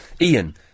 Ian